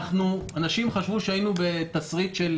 אנשים חשבו שהיינו בתסריט של